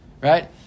Right